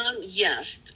Yes